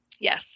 Yes